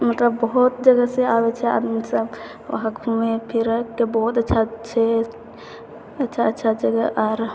मतलब बहुत जगहसँ आबै छै आदमीसब वहाँ घुमै फिरैके तऽ बहुत अच्छा छै अच्छा अच्छा जगह आओर